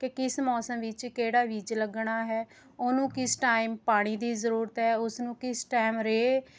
ਕਿ ਕਿਸ ਮੌਸਮ ਵਿੱਚ ਕਿਹੜਾ ਬੀਜ ਲੱਗਣਾ ਹੈ ਉਹਨੂੰ ਕਿਸ ਟਾਈਮ ਪਾਣੀ ਦੀ ਜ਼ਰੂਰਤ ਹੈ ਉਸ ਨੂੰ ਕਿਸ ਟਾਈਮ ਰੇਹ